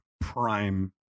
prime